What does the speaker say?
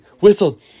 whistled